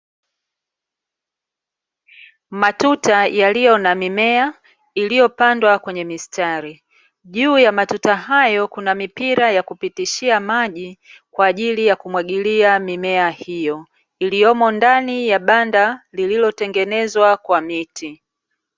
Matuta yaliyo na mimea iliyopandwa kwenye mistari. Juu ya matuta hayo kuna mipira ya kupitishia maji kwa ajili ya kumwagilia mimea hiyo iliyomo ndani ya banda lililotengenezwa kwa miti.